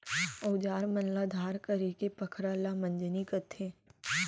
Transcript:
अउजार मन ल धार करेके पखरा ल मंजनी कथें